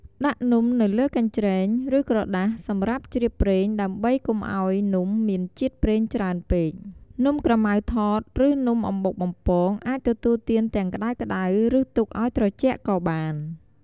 នំក្រម៉ៅថត ឬ នំអំបុកបំពង អាចទទួលទានទាំងក្តៅៗ ឬទុកឲ្យត្រជាក់ក៏បាន។